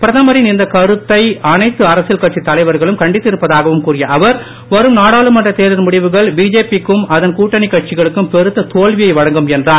பிரதமரின் இந்தக் கருத்தை அனைத்து அரசியல் கட்சி தலைவர்களும் கண்டித்திருப்பதாகவும் கூறிய அவர் வரும் நாடாளுமன்ற தேர்தல் முடிவுகள் பிஜேபிக்கும் அதன் கூட்டணி கட்சிகளுக்கும் பெருத்த தோல்வியை வழங்கும் என்றார்